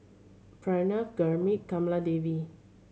Pranav Gurmeet Kamaladevi